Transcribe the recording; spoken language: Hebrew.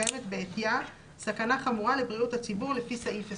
בעטיה סכנה חמורה לבריאות הציבור לפי סעיף 20."